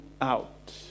out